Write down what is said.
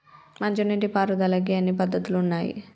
మంచి నీటి పారుదలకి ఎన్ని పద్దతులు ఉన్నాయి?